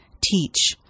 teach